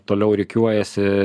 toliau rikiuojasi